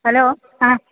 hello ആ